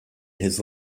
his